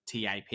TAP